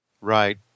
Right